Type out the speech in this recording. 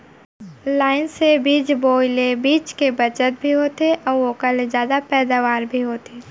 line से बीज बोए ले बीच के बचत भी होथे अउ ओकर ले जादा पैदावार भी होथे